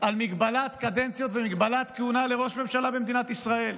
על מגבלת קדנציות ומגבלת כהונה לראש ממשלה במדינת ישראל,